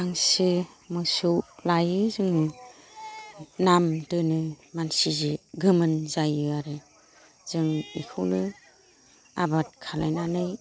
हांसो मोसौ लायो जोङो नाम दोनो मानसि गोमोन जायो आरो जों इखौनो आबाद खालामनानै